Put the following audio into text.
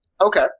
Okay